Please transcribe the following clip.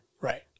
Right